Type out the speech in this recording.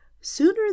sooner